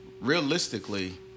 realistically